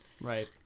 Right